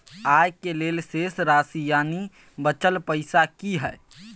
आय के लेल शेष राशि यानि बचल पैसा की हय?